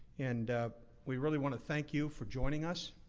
and we really want to thank you for joining us.